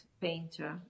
painter